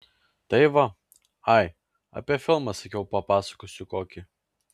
tai va ai apie filmą sakiau papasakosiu kokį